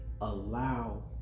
Allow